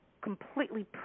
completely